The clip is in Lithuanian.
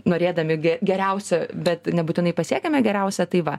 norėdami geriausio bet nebūtinai pasiekiame geriausią tai va